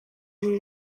can